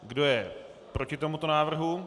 Kdo je proti tomuto návrhu?